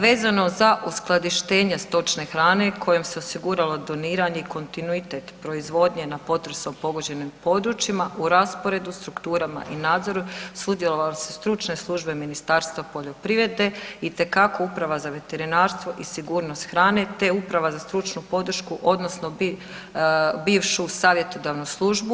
Vezano uz skladištenje stočne hrane kojim se osiguralo doniranje i kontinuitet proizvodnje na potresom pogođenim područjima, u rasporedu, strukturama i nadzoru sudjelovale su stručne službe Ministarstva poljoprivrede, itekako Uprava za veterinarstvo i sigurnost hrane te Uprava za stručnu podršku, odnosno bivšu savjetodavnu službu.